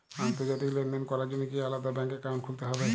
আন্তর্জাতিক লেনদেন করার জন্য কি আলাদা ব্যাংক অ্যাকাউন্ট খুলতে হবে?